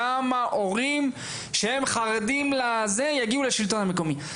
כמה הורים שהם חרדים לזה יגיעו לשלטון המקומי?